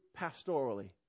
pastorally